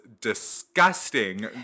disgusting